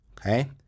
Okay